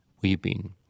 weeping